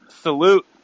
salute